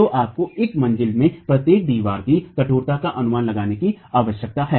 तो आपको एक मंजिला में प्रत्येक दीवार की कठोरता का अनुमान लगाने की आवश्यकता है